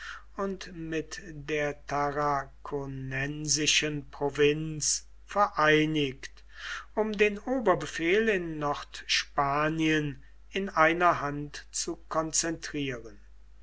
und mit der tarraconensischen provinz vereinigt um den oberbefehl in nordspanien in einer hand zu konzentrieren